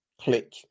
click